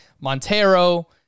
Montero